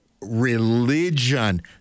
religion